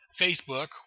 Facebook